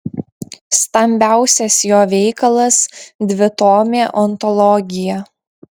stambiausias jo veikalas dvitomė ontologija